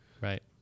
Right